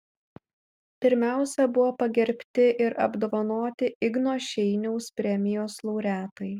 pirmiausia buvo pagerbti ir apdovanoti igno šeiniaus premijos laureatai